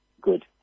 good